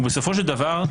ובסופו של דבר,